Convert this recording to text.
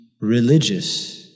religious